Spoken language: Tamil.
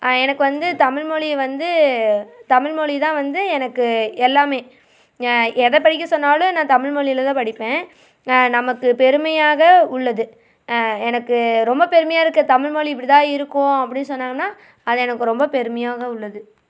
எனக்கு வந்து தமிழ்மொழி வந்து தமிழ்மொழி தான் வந்து எனக்கு எல்லாமே எதை படிக்க சொன்னாலும் நான் தமிழ்மொழியில் தான் படிப்பேன் நமக்கு பெருமையாக உள்ளது எனக்கு ரொம்ப பெருமையாக இருக்க தமிழ்மொழி இப்படி தான் இருக்கும் அப்படின்னு சொன்னாங்கன்னால் அது எனக்கு ரொம்ப பெருமையாக உள்ளது